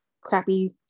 crappy